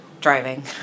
driving